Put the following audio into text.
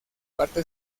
parte